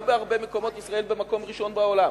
לא בהרבה מקומות ישראל במקום הראשון בעולם.